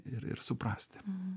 ir ir suprasti